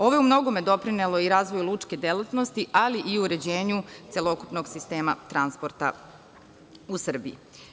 Ovo je u mnogome doprinelo razvoju lučke delatnosti, ali i uređenju celokupnog sistema transporta u Srbiji.